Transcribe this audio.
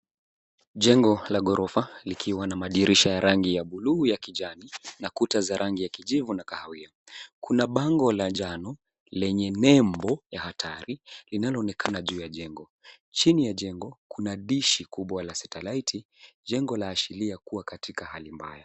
Jengo la ghorofa likiwa na madirisha ya rangi ya buluu ya kijani na kuta za rangi ya kijivu na kahawia . Kuna bango la njano lenye nembo ya hatari linaloonekana juu ya jengo. Chini ya jengo, kuna dishi kubwa la setilaiti . Jengo laashiria kuwa katika hali mbaya.